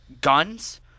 Guns